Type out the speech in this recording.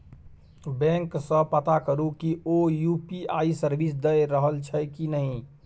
bank सँ पता करु कि ओ यु.पी.आइ सर्विस दए रहल छै कि नहि